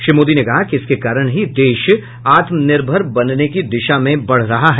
श्री मोदी ने कहा कि इसके कारण ही देश आत्मनिर्भर बनने की दिशा में बढ रहा है